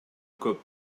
көп